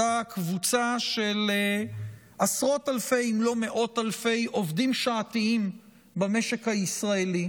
אותה קבוצה של עשרות אלפי אם לא מאות אלפי עובדים שעתיים במשק הישראלי.